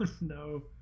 no